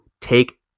take